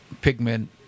pigment